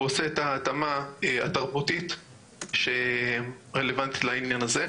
הוא עושה את ההתאמה התרבותית שרלוונטית לעניין הזה.